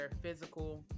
physical